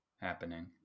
happening